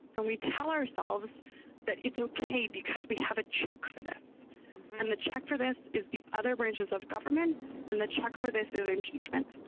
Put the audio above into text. and we tell ourselves that but it's okay because we have a check for that and the check for this is the other branches of government and the check for this is impeachment.